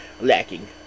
lacking